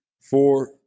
four